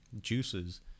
juices